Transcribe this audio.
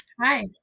Hi